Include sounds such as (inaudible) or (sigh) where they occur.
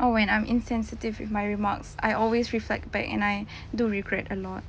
or when I'm insensitive with my remarks I always reflect back and I (breath) do regret a lot